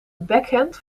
backhand